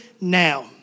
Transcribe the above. now